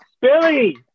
Billy